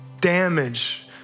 damage